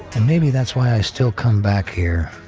and maybe that's why i still come back here.